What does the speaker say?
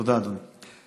תודה, אדוני.